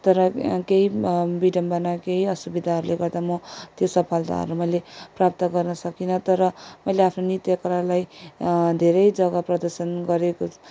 तर केहि विडम्बना केहि असुविधाहरूले गर्दा म त्यो सफलताहरू मैले प्राप्त गर्न सकिन तर मैले आफ्नो नृत्य कलालाई धेरै जग्गा प्रदर्शन गरेको